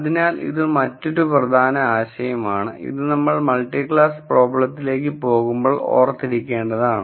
അതിനാൽ ഇത് മറ്റൊരു പ്രധാന ആശയമാണ് ഇത് നമ്മൾ മൾട്ടി ക്ലാസ് പ്രോബ്ലങ്ങളിലേക്ക് പോകുമ്പോൾ ഓർത്തിരിക്കേണ്ടതാണ്